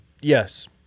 yes